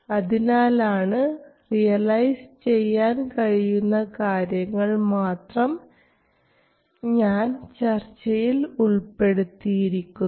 അതിനാലാണ് റിയലൈസ് ചെയ്യാൻ കഴിയുന്ന കാര്യങ്ങൾ മാത്രം ഞാൻ ചർച്ചയിൽ ഉൾപ്പെടുത്തിയിരിക്കുന്നത്